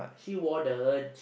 she wouldn't